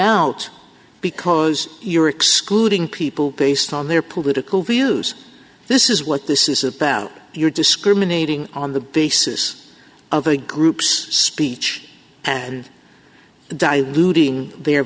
out because you're excluding people based on their political views this is what this is about you're discriminating on the basis of a group's speech and diluting their